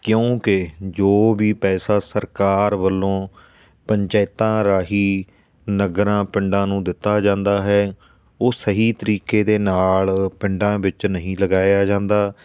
ਕਿਉਂਕਿ ਜੋ ਵੀ ਪੈਸਾ ਸਰਕਾਰ ਵੱਲੋਂ ਪੰਚਾਇਤਾਂ ਰਾਹੀਂ ਨਗਰਾਂ ਪਿੰਡਾਂ ਨੂੰ ਦਿੱਤਾ ਜਾਂਦਾ ਹੈ ਉਹ ਸਹੀ ਤਰੀਕੇ ਦੇ ਨਾਲ ਪਿੰਡਾਂ ਵਿੱਚ ਨਹੀਂ ਲਗਾਇਆ ਜਾਂਦਾ